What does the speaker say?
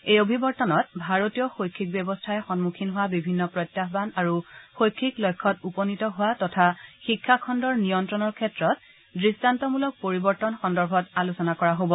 এই অভিৱৰ্তনত ভাৰতীয় শৈক্ষিক ব্যৱস্থাই সন্মুখীন হোৱা বিভিন্ন প্ৰত্যাহান আৰু শৈক্ষিক লক্ষ্যত উপনীত হোৱা তথা শিক্ষা খণুৰ নিয়ন্ত্ৰণৰ ক্ষেত্ৰত দৃষ্টান্তমূলক পৰিৱৰ্তন সন্দৰ্ভত আলোচনা কৰা হব